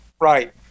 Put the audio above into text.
Right